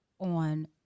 on